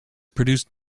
produced